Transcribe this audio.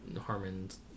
Harmon's